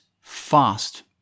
fast